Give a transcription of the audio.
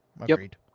Agreed